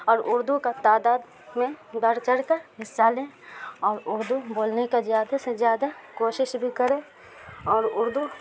اور اردو کا تعداد میں بڑھ چڑھ کر حصہ لیں اور اردو بولنے کا زیادہ سے زیادہ کوشش بھی کرے اور اردو